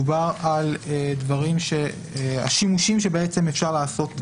מדובר על השימושים שאפשר לעשות,